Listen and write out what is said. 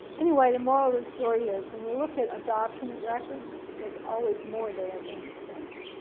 anyway the moral of the story is when you look at adoption records, there's always more there than you think